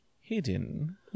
hidden